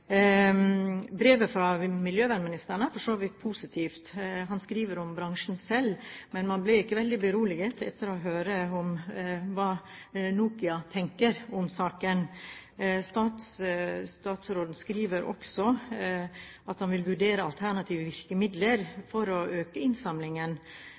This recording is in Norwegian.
Brevet fra miljøvernministeren er for så vidt positivt. Han skriver om bransjens ansvar, men man blir ikke veldig beroliget etter å høre om hva Nokia tenker om saken. Statsråden skriver også at han vil «vurdere alternative